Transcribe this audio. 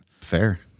Fair